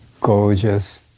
gorgeous